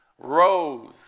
rose